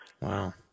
Wow